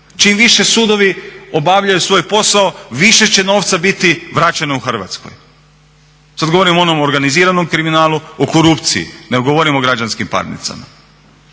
čim više sudovi obavljaju svoj posao više će novca biti vraćeno Hrvatskoj. Sada govorim o onom organiziranom kriminalu o korupciji, ne govorim o građanskim parnicama.